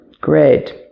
Great